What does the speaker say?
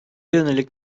yönelik